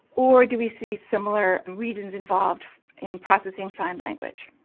or do we see similar regions involved in processing sign language?